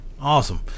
awesome